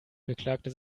beklagte